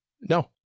No